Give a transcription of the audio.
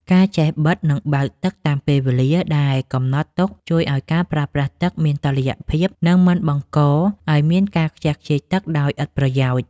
ការចេះបិទ និងបើកទឹកតាមពេលវេលាដែលកំណត់ទុកជួយឱ្យការប្រើប្រាស់ទឹកមានតុល្យភាព និងមិនបង្កឱ្យមានការខ្ជះខ្ជាយទឹកដោយឥតប្រយោជន៍។